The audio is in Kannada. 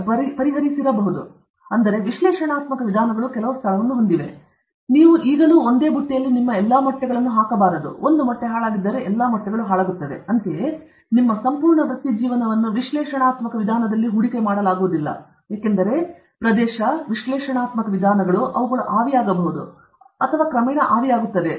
ಆದ್ದರಿಂದ ವಿಶ್ಲೇಷಣಾತ್ಮಕ ವಿಧಾನಗಳು ಕೆಲವು ಸ್ಥಳವನ್ನು ಹೊಂದಿವೆ ಆದರೆ ಈಗಲೂ ನೀವು ಒಂದು ಬುಟ್ಟಿಯಲ್ಲಿ ನಿಮ್ಮ ಎಲ್ಲಾ ಮೊಟ್ಟೆಗಳನ್ನು ಹಾಕಬಾರದು ಒಂದು ಮೊಟ್ಟೆ ಹಾಳಾಗಿದ್ದರೆ ಎಲ್ಲಾ ಮೊಟ್ಟೆಗಳು ಹಾಳಾಗುತ್ತವೆ ಅಂತೆಯೇ ನಿಮ್ಮ ಸಂಪೂರ್ಣ ವೃತ್ತಿಜೀವನವನ್ನು ವಿಶ್ಲೇಷಣಾತ್ಮಕ ವಿಧಾನದಲ್ಲಿ ಹೂಡಿಕೆ ಮಾಡಲಾಗುವುದಿಲ್ಲ ಏಕೆಂದರೆ ಪ್ರದೇಶ ವಿಶ್ಲೇಷಣಾತ್ಮಕ ವಿಧಾನಗಳು ಅವುಗಳು ಆವಿಯಾಗಬಹುದು ಅಥವಾ ಆವಿಯಾಗುತ್ತದೆ